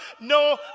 no